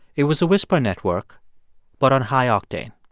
it was a whisper network but on high octane.